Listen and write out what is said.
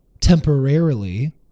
temporarily